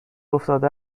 افتاده